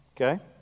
Okay